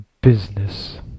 business